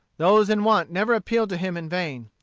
those in want never appealed to him in vain.